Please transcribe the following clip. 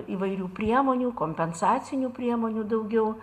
įvairių priemonių kompensacinių priemonių daugiau